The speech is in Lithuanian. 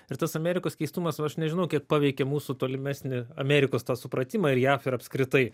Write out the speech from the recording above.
ir tas amerikos keistumas va aš nežinau kiek paveikė mūsų tolimesnį amerikos tą supratimą ir jav ir apskritai